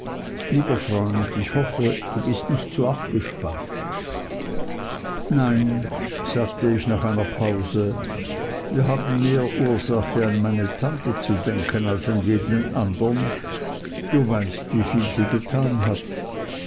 lieber freund ich hoffe du bist nicht zu abgespannt nein sagte ich nach einer pause wir haben mehr ursache an meine tante zu denken als an jeden andern du weißt wieviel sie getan hat